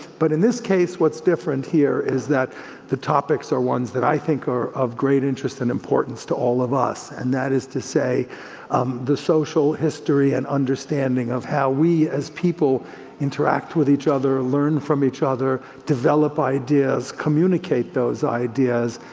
but in this case what's different here is that the topics are ones that i think are of great interest and importance to all of us, and that is to say the social history and understanding of how we as people interact with each other, learn from each other, develop ideas, communicate those ideas,